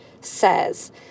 says